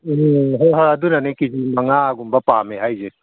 ꯎꯝ ꯍꯣꯏ ꯍꯣꯏ ꯑꯗꯨꯅꯅꯤ ꯀꯦ ꯖꯤ ꯃꯉꯥꯒꯨꯝꯕ ꯄꯥꯝꯃꯦ ꯍꯥꯏꯖꯦ